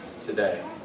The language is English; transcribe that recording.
today